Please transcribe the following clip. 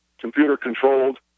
computer-controlled